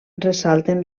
ressalten